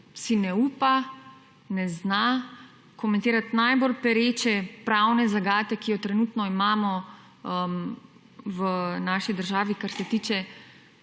si ne upa, ne zna komentirati najbolj pereče pravne zagate, ki jo trenutno imamo v naši državi, kar se tiče